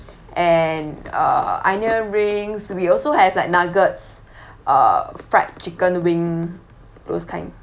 and uh onion rings we also have like nuggets uh fried chicken wing those kind